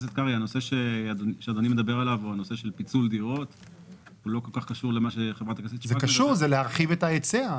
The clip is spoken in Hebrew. הנושא הזה הוא לא בחוק הריטים.